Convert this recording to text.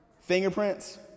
Fingerprints